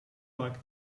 like